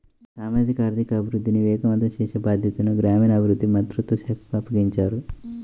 సామాజిక ఆర్థిక అభివృద్ధిని వేగవంతం చేసే బాధ్యతను గ్రామీణాభివృద్ధి మంత్రిత్వ శాఖకు అప్పగించారు